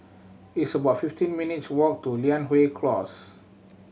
it's about fifteen minutes' walk to Li Close